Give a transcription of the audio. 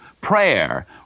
prayer